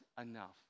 enough